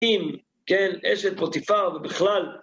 אם כן, אשת פוטיפר ובכלל.